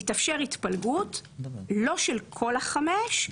לא תתאפשר התפלגות של כל החמש.